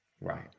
right